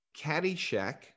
Caddyshack